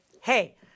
hey